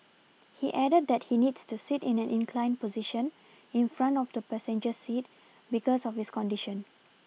he added that he needs to sit in an inclined position in front of the passenger seat because of his condition